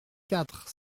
quatre